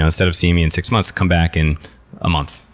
instead of seeing me in six months, come back in a month.